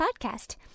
podcast